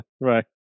Right